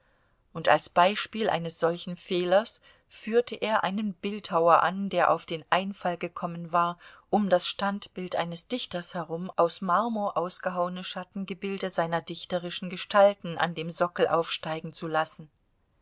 und als beispiel eines solchen fehlers führte er einen bildhauer an der auf den einfall gekommen war um das standbild eines dichters herum aus marmor ausgehauene schattengebilde seiner dichterischen gestalten an dem sockel aufsteigen zu lassen